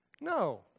No